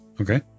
Okay